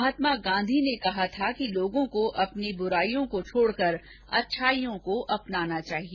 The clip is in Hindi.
महात्मा गांधी ने कहा था कि लोगों को अपनी बुराइयों को छोड़कर अच्छाइयों को अपनाना चाहिए